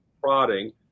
prodding